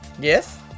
yes